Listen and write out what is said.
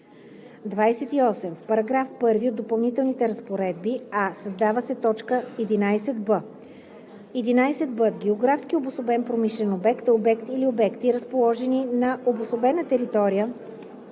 28. В § 1 от допълнителните разпоредби: а) създава се т. 11б: „11б. „географски обособен промишлен обект“ е обект или обекти, разположени на обособена територия,